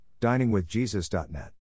diningwithjesus.net